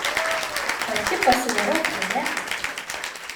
pati pasidarau filė